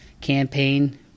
campaign